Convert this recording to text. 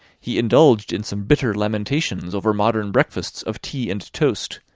he indulged in some bitter lamentations over modern breakfasts of tea-and-toast,